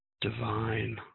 divine